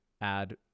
add